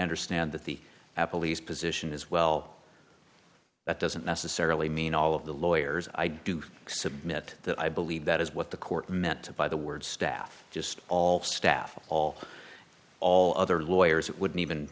understand that the apple lease position is well that doesn't necessarily mean all of the lawyers i do submit that i believe that is what the court meant by the word staff just all staff all all other lawyers it wouldn't even